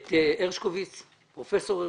אני מבקש להזמין את פרופסור הרשקוביץ,